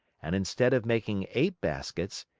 and instead of making eight baskets,